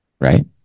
right